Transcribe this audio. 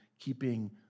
Keeping